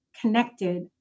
connected